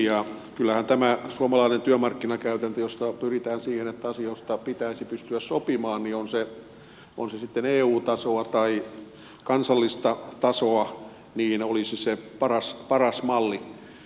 kyllähän tämä suomalainen työmarkkinakäytäntö jossa pyritään siihen että asioista pitäisi pystyä sopimaan on se sitten eu tasoa tai kansallista tasoa olisi se paras malli